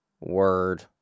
Word